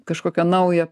kažkokią naują